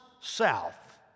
south